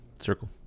Circle